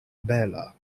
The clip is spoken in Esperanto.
bela